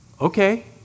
okay